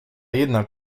jedna